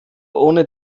ohne